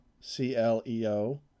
C-L-E-O